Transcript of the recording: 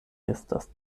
estas